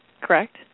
correct